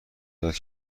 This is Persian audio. هدایت